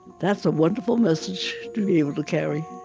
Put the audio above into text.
that's a wonderful message to be able to carry